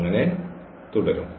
അങ്ങനെ തുടരുന്നു